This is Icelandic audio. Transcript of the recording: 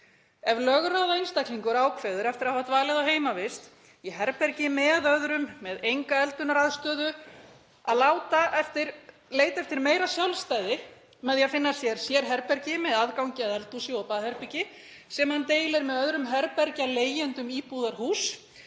Ef lögráða einstaklingur ákveður eftir að hafa dvalið á heimavist í herbergi með öðrum, með enga eldunaraðstöðu, að leita eftir meira sjálfstæði með því að finna sér sérherbergi með aðgangi að eldhúsi og baðherbergi, sem hann deilir með öðrum herbergjaleigjendum íbúðarhúss,